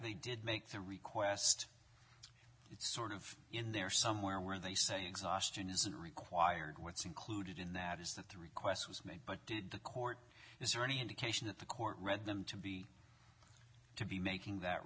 they did make the request it's sort of in there somewhere where they say exhaustion isn't required what's included in that is that the request was made by the court is there any indication that the court read them to be to be making that